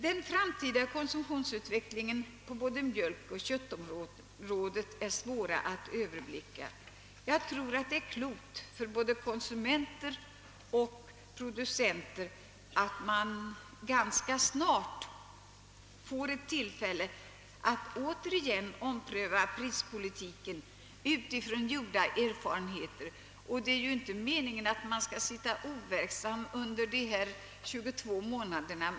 Den framtida konsumtionsutvecklingen både på mjölkoch köttområdet är svår att överblicka, och jag tror det är värdefullt för både konsumenter och producenter att vi ganska snart får tillfälle att ompröva prispolitiken på grundval av gjorda erfarenheter. Det är ju inte heller meningen att man skall sitta overksam under ifrågavarande 22 månader.